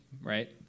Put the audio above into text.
right